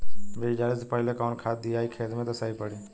बीज डाले से पहिले कवन खाद्य दियायी खेत में त सही पड़ी?